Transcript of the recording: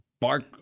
Bark